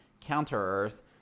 Counter-Earth